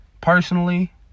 Personally